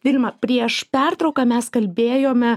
vilma prieš pertrauką mes kalbėjome